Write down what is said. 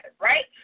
right